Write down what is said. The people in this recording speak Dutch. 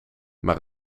maar